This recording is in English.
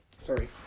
Sorry